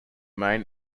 main